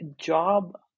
job